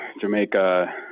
Jamaica